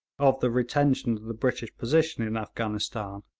of the retention of the british position in afghanistan.